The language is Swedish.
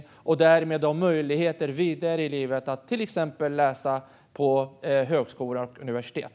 Därmed riskerar man att gå miste om möjligheter att gå vidare i livet och till exempel läsa på högskola eller universitet.